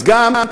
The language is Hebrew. אז גם,